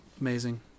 Amazing